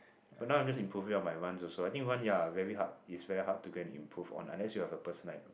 but now I'm just improving your my runs also I think run ya very hard it's very hard to go and improve on unless you have a personal like